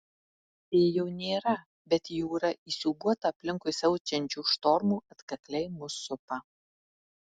vėjo nėra bet jūra įsiūbuota aplinkui siaučiančių štormų atkakliai mus supa